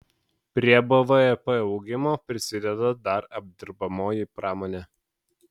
prie bvp augimo prisideda dar apdirbamoji pramonė